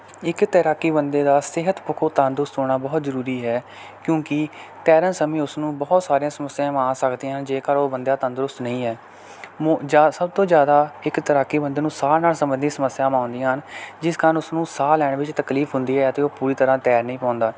ਇੱਕ ਤੈਰਾਕੀ ਬੰਦੇ ਦਾ ਸਿਹਤ ਪੱਖੋਂ ਤੰਦਰੁਸਤ ਹੋਣਾ ਬਹੁਤ ਜ਼ਰੂਰੀ ਹੈ ਕਿਉਂਕਿ ਤੈਰਨ ਸਮੇਂ ਉਸਨੂੰ ਬਹੁਤ ਸਾਰੀਆਂ ਸਮੱਸਿਆਵਾਂ ਆ ਸਕਦੀਆਂ ਹਨ ਜੇਕਰ ਉਹ ਬੰਦਾ ਤੰਦਰੁਸਤ ਨਹੀਂ ਹੈ ਮੂ ਜਾ ਸਭ ਤੋਂ ਜ਼ਿਆਦਾ ਇੱਕ ਤੈਰਾਕੀ ਬੰਦੇ ਨੂੰ ਸਾਹ ਨਾਲ ਸੰਬੰਧੀ ਸਮੱਸਿਆਵਾਂ ਆਉਂਦੀਆਂ ਹਨ ਜਿਸ ਕਾਰਨ ਉਸਨੂੰ ਸਾਹ ਲੈਣ ਵਿੱਚ ਤਕਲੀਫ ਹੁੰਦੀ ਹੈ ਅਤੇ ਉਹ ਪੂਰੀ ਤਰ੍ਹਾਂ ਤੈਰ ਨਹੀਂ ਪਾਉਂਦਾ